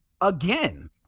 again